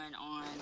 on